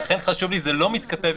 ואם הכנסת לא עושה את תפקידיה,